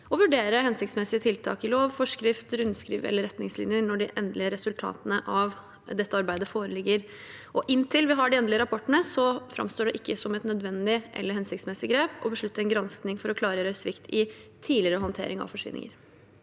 vurdere hensiktsmessige tiltak i lov, forskrifter, rundskriv eller retningslinjer når de endelige resultatene av dette arbeidet foreligger. Inntil vi har de endelige rapportene, framstår det ikke som et nødvendig eller hensiktsmessig grep å beslutte gransking for å klargjøre svikt i tidligere håndtering av forsvinninger.